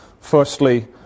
Firstly